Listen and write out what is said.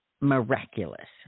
miraculous